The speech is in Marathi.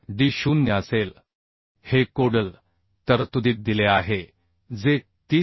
7d0 असेल हे कोडल तरतुदीत दिले आहे जे 30